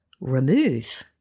remove